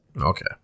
Okay